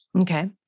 Okay